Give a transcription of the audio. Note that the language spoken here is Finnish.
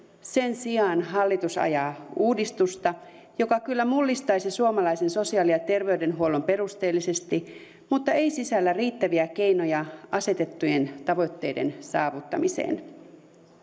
sen sijaan hallitus ajaa uudistusta joka kyllä mullistaisi suomalaisen sosiaali ja terveydenhuollon perusteellisesti mutta ei sisällä riittäviä keinoja asetettujen tavoitteiden saavuttamiseen